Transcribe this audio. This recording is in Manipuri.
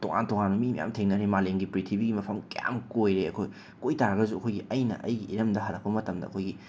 ꯇꯣꯉꯥꯟ ꯇꯣꯉꯥꯟꯕ ꯃꯤ ꯃꯌꯥꯝ ꯊꯦꯡꯅꯔꯦ ꯃꯥꯂꯦꯝꯒꯤ ꯄ꯭ꯔꯤꯊꯤꯕꯤ ꯃꯐꯝ ꯀꯌꯥꯝ ꯀꯣꯏꯔꯦ ꯑꯩꯈꯣꯏ ꯀꯣꯏ ꯇꯥꯔꯒꯁꯨ ꯑꯩꯈꯣꯏꯒꯤ ꯑꯩꯅ ꯑꯩꯒꯤ ꯏꯔꯝꯗ ꯍꯜꯂꯛꯄ ꯃꯇꯝꯗ ꯑꯩꯈꯣꯏꯒꯤ